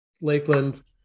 Lakeland